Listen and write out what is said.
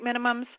minimums